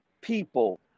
people